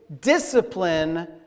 Discipline